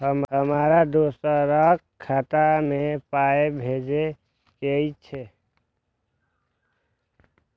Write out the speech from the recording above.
हमरा दोसराक खाता मे पाय भेजे के छै?